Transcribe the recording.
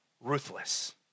ruthless